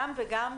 גם וגם,